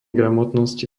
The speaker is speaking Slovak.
gramotnosti